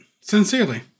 Sincerely